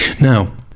Now